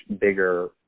bigger